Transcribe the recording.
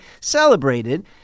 celebrated